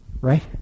right